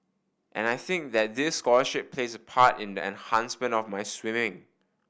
and I think that this scholarship plays a part in the enhancement of my swimming